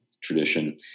tradition